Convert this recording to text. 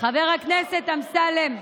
חבר הכנסת אמסלם,